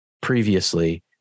previously